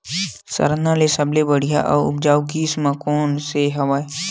सरना के सबले बढ़िया आऊ उपजाऊ किसम कोन से हवय?